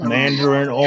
Mandarin